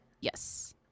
Yes